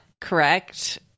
correct